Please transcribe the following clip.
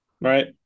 right